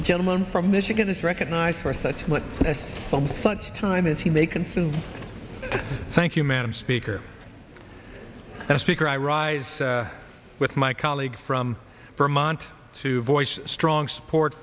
the gentleman from michigan is recognized for such time as he may consume thank you madam speaker and speaker i rise with my colleague from vermont to voice strong support